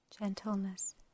gentleness